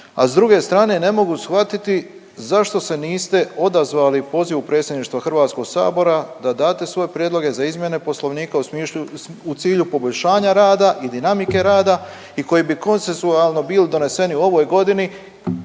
a s druge strane, ne mogu shvatiti zašto se niste odazvali pozivu Predsjedništva HS-a da date svoje prijedloge za izmjene Poslovnika u .../nerazumljivo/... u cilju poboljšanja rada i dinamike rada i koji bi konsensualno bili doneseni u ovoj godini